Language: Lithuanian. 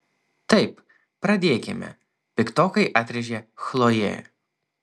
taip pradėkime piktokai atrėžė chlojė